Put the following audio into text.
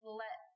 let